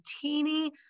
teeny